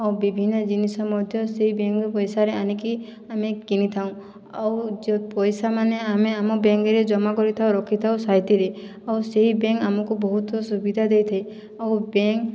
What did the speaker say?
ଆଉ ବିଭିନ୍ନ ଜିନିଷ ମଧ୍ୟ ସେହି ବେଙ୍କରୁ ପଇସାରେ ଆନିକି ଆମେ କିନିଥାଉ ଆଉ ଯେଉଁ ପଇସା ମାନେ ଆମେ ଆମ ବ୍ୟାଙ୍କରେ ଜମା କରିଥାଉ ରଖିଥାଉ ସାଇତିରେ ଆଉ ସେହି ବେଙ୍କ ଆମକୁ ବହୁତ ସୁବିଧା ଦେଇଥାଏ ଆଉ ବେଙ୍କ